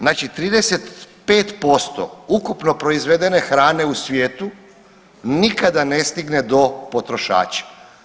Znači 35% ukupno proizvedene hrane u svijetu nikada ne stigne do potrošača.